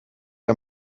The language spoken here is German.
der